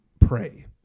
pray